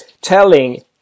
telling